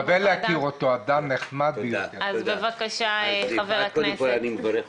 בבקשה, חבר הכנסת.